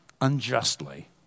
unjustly